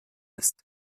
ist